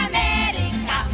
America